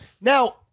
Now